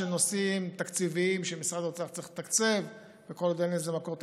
נושאים תקציביים שמשרד האוצר צריך לתקצב וכל עוד אין לזה מקור תקציבי,